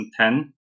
2010